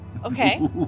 Okay